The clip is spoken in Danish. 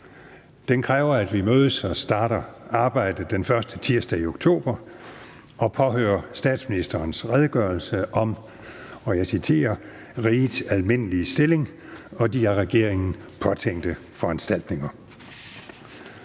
Den kræver, at vi mødes og starter arbejdet den første tirsdag i oktober og påhører statsministerens redegørelse om – og jeg citerer – »rigets almindelige stilling og de af regeringen påtænkte foranstaltninger«.